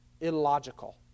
illogical